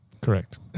Correct